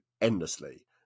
endlessly